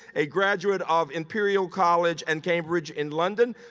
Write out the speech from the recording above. a graduate of imperial college and cambridge in london.